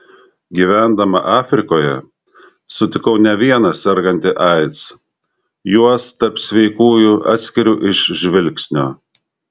gyvendama afrikoje sutikau ne vieną sergantį aids juos tarp sveikųjų atskiriu iš žvilgsnio